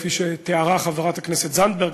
כפי שתיארה חברת הכנסת זנדברג,